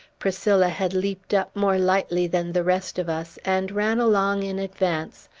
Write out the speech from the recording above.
priscilla had leaped up more lightly than the rest of us, and ran along in advance,